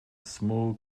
small